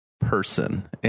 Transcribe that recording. person